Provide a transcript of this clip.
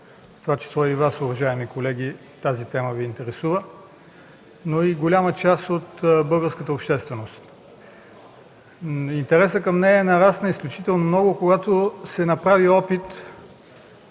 това число и Вас, уважаеми колеги, но и голяма част от българската общественост. Интересът към нея нарасна изключително много, когато се направи опит